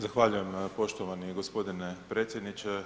Zahvaljujem poštovani gospodine predsjedniče.